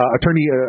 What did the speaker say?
Attorney